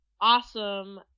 awesome